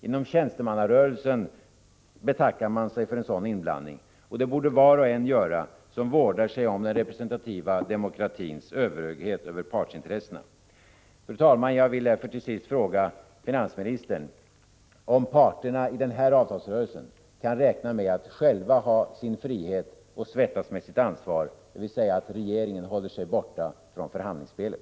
Inom tjänstemannarörelsen betackar man sig för en sådan inblandning, och det borde var och en göra som vårdar sig om den representativa demokratins överhöghet över partsintressen. Fru talman! Jag vill därför till sist fråga finansministern om parterna i den här avtalsrörelsen kan räkna med att själva ha sin frihet och svettas med sitt ansvar, dvs. att regeringen håller sig borta från själva förhandlingsspelet.